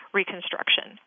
reconstruction